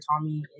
Tommy